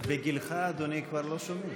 מצביע חברי וחברות הכנסת,